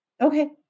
Okay